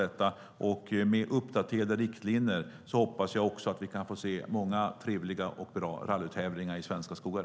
I och med uppdaterade riktlinjer hoppas jag att vi kan få se många trevliga och bra rallytävlingar i svenska skogar.